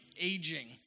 aging